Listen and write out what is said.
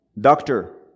doctor